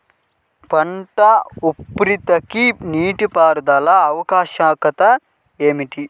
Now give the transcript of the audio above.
పంట ఉత్పత్తికి నీటిపారుదల ఆవశ్యకత ఏమి?